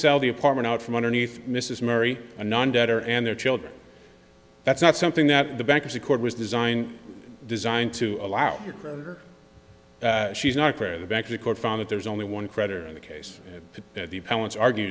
sell the apartment out from underneath mrs mary and non debtor and their children that's not something that the bankruptcy court was designed designed to allow for she's not there the back of the court found that there's only one creditor in the case at the balance argue